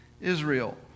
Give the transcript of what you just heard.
Israel